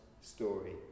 story